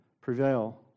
prevail